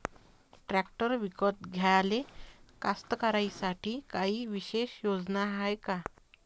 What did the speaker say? Tractor विकत घ्याले कास्तकाराइसाठी कायी विशेष योजना हाय का?